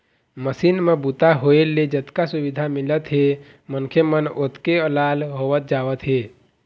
machine म बूता होए ले जतका सुबिधा मिलत हे मनखे मन ओतके अलाल होवत जावत हे